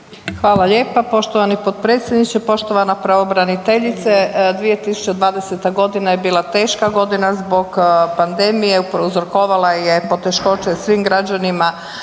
Hvala lijepa poštovani potpredsjedniče. Poštovana pravobraniteljice 2020. godina je bila teška godina zbog pandemije, prouzrokovala je poteškoće svim građanima